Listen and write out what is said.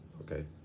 Okay